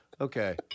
okay